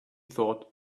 thought